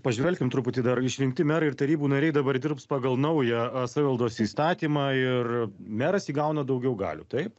pažvelkim truputį dar išrinkti merai ir tarybų nariai dabar dirbs pagal naują savivaldos įstatymą ir meras įgauna daugiau galių taip